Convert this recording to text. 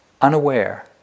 unaware